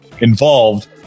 involved